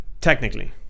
technically